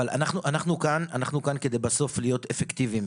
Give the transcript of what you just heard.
אנחנו כאן כדי בסוף להיות אפקטיביים.